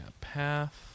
Path